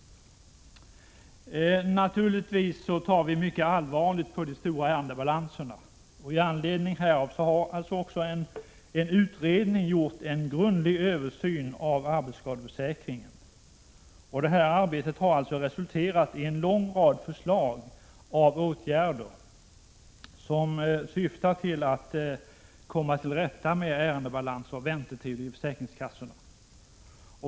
Naturligtvis tar vi mycket allvarligt på de stora ärendebalanserna. I anledning härav har också en utredning gjort en grundlig översyn av arbetsskadeförsäkringen. Detta arbete har resulterat i en lång rad förslag till åtgärder som syftar till att komma till rätta med ärendebalans och väntetider vid försäkringskassorna.